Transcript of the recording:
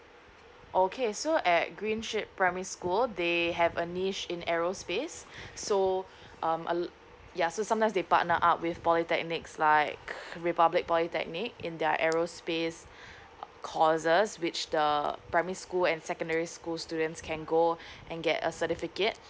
okay so at green ship primary school they have a niche in aerospace so um al~ yeah so sometimes they partner up with polytechnics like republic polytechnic in their aerospace uh courses which the primary school and secondary school students can go and get a certificate